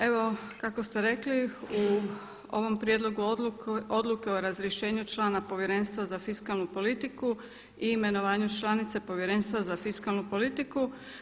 Evo kako ste rekli u ovom prijedlogu Odluke o razrješenju člana Povjerenstva za fiskalnu politiku i imenovanju članice Povjerenstva za fiskalnu politiku.